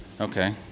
Okay